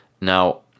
now